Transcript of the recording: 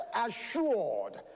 assured